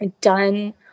done